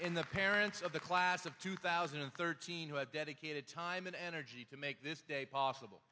in the parents of the class of two thousand and thirteen who had dedicated time and energy to make this day possible